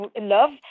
love